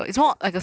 actually